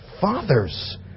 Fathers